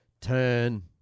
turn